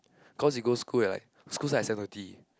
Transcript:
cause you go school at like school start at seven thirty